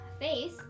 face